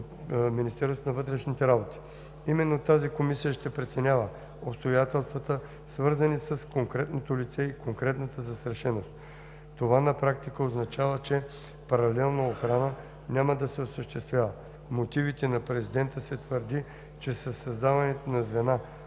решение за охрана на лицата от МВР. Именно тази комисия ще преценява обстоятелствата, свързани с конкретното лице и конкретната застрашеност. Това на практика означава, че паралелна охрана няма да се осъществява. В мотивите на президента се твърди, че със създаването на звена